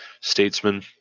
statesman